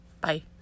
Bye